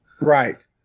Right